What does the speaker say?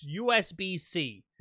USB-C